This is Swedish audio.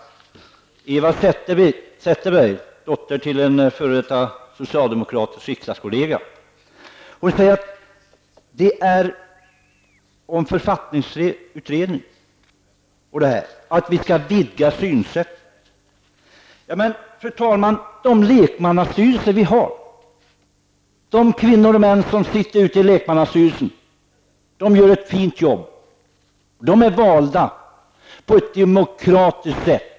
Eva Zetterberg säger att vi skall vidga synsättet i fråga om författningsutredningen. Men, fru talman, de lekmannastyrelser vi har -- kvinnor och män som gör ett fint jobb ute i lekmannastyrelserna -- är valda på ett demokratiskt sätt.